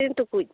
ᱛᱤᱱ ᱴᱩᱠᱩᱡ